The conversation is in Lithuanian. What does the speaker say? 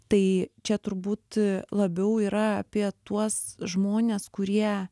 tai čia turbūt labiau yra apie tuos žmones kurie